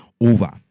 over